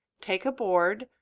take a board,